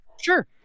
Sure